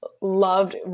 loved